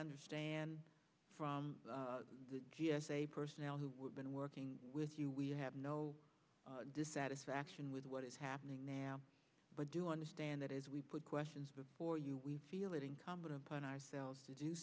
understand from g s a personnel who have been working with you we have no dissatisfaction with what is happening now but do understand that as we put questions before you we feel it incumbent upon ourselves to do